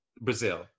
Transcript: Brazil